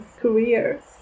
careers